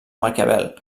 maquiavel